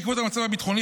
בעקבות המצב הביטחוני,